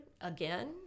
again